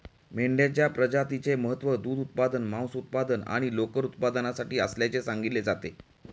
मेंढ्यांच्या प्रजातीचे महत्त्व दूध उत्पादन, मांस उत्पादन आणि लोकर उत्पादनासाठी असल्याचे सांगितले जाते